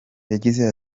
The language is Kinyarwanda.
yagize